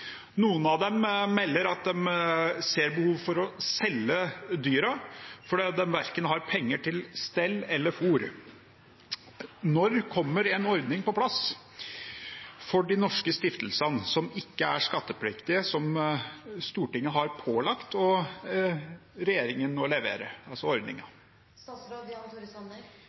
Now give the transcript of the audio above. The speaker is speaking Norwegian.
Noen melder at de ser behov for å selge dyra fordi det hverken er penger til stell eller fôr. Når kommer en ordning på plass for de norske stiftelsene, som ikke er skattepliktige, som Stortinget har pålagt regjeringen å levere?»